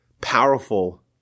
powerful